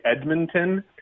Edmonton